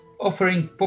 offering